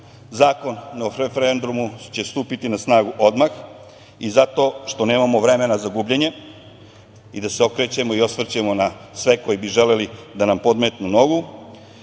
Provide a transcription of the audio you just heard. Zakon o referendumu će stupiti na snagu odmah i zato što nemamo vremena za gubljenje i da se okrećemo i osvrćemo na sve koji bi želeli da nam podmetnu nogu.